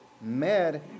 mad